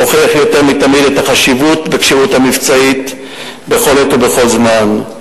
הוכיח יותר מתמיד את החשיבות בכשירות המבצעית בכל עת ובכל זמן.